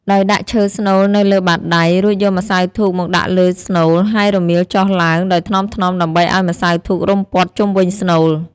ដោយដាក់ឈើស្នូលនៅលើបាតដៃ រួចយកម្សៅធូបមកដាក់លើស្នូល ហើយរមៀលចុះឡើងដោយថ្នមៗដើម្បីឱ្យម្សៅធូបរុំព័ទ្ធជុំវិញស្នូល។